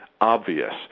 obvious